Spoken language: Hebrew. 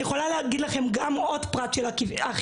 אני יכולה להגיד לכם גם עוד פרט של אכיפה.